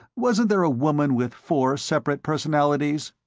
wasn't there a woman with four separate personalities?